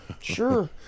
sure